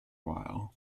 while